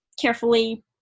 carefully